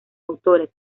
autores